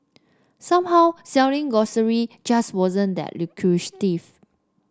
somehow selling grocery just wasn't that lucrative